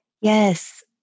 Yes